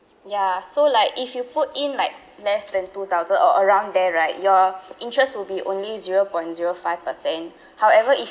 ya so like if you put in like less than two thousand or around there right your interests will be only zero point zero five percent however if